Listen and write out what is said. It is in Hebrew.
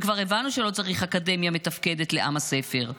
וכבר הבנו שלא צריך אקדמיה מתפקדת לעם הספר,